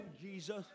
Jesus